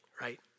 right